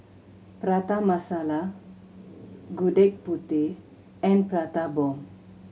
Prata Masala Gudeg Putih and Prata Bomb